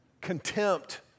Contempt